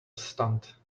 stunt